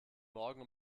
morgen